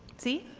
zee?